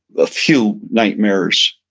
a few nightmares.